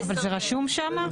אבל זה רשום שם?